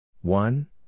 One